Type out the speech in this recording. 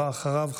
ואחריו,